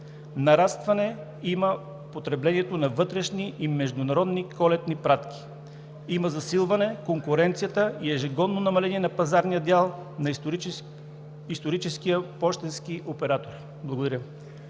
Нарастване има в потреблението на вътрешни и международни колетни пратки. Има засилване на конкуренцията и ежегодно намаление на пазарния дял на историческия пощенски оператор. Благодаря.